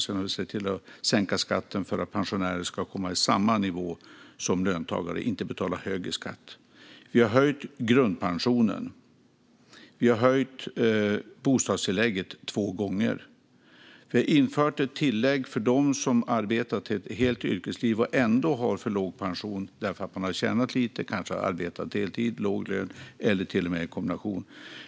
Sedan har vi sett till att sänka skatten för att pensionärer ska komma till samma nivå som löntagare och inte betala högre skatt. Vi har höjt grundpensionen. Vi har höjt bostadstillägget två gånger. Vi har infört ett tillägg för dem som har arbetat ett helt yrkesliv och ändå har för låg pension därför att de har tjänat lite, arbetat deltid eller haft en kombination av deltid och låg lön.